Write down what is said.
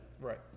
Right